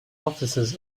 offices